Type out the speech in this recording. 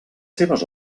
seves